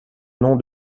nom